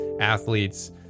athletes